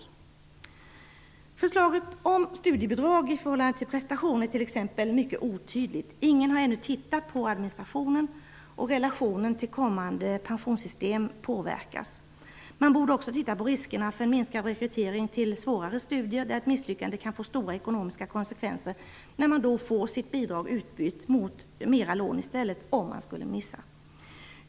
T.ex förslaget om studiebidrag i förhållande till prestation är mycket otydligt. Ingen har ännu tittat på administrationen, och relationen till kommande pensionssystem påverkas. Man borde också titta på riskerna för en minskad rekrytering till svårare studier, där ett misslyckande kan få stora ekonomiska konsekvenser, eftersom man får sitt bidrag utbytt mot större lån om man skulle missa.